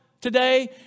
today